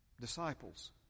Disciples